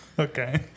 Okay